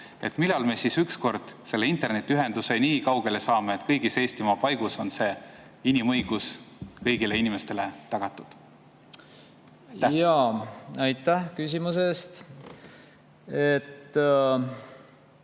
Millal me ükskord internetiühenduse nii kaugele saame, et kõigis Eestimaa paigus on see inimõigus kõigile inimestele tagatud? Aitäh küsimuse eest!